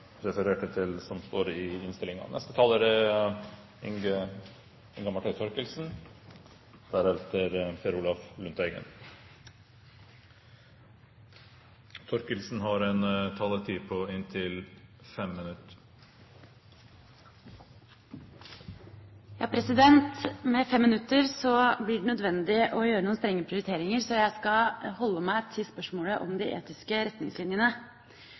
Neste taler er Inga Marte Thorkildsen, som har en taletid på 5 minutter. Med fem minutter blir det nødvendig å gjøre noen strenge prioriteringer, så jeg skal holde meg til spørsmålet om de etiske retningslinjene.